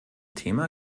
thema